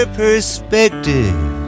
perspective